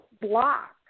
block